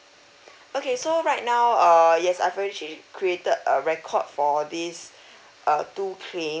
okay so right now err yes I've actually created a record for this uh two claims